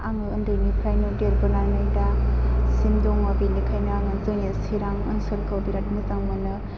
आङो उन्दैनिफ्रायनो देरबोनानै दासिम दङ बेनिखायनो आङो जोंनि चिरां ओनसोलखौ बिराथ मोजां मोनो